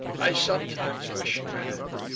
i sometimes wish you had.